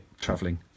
traveling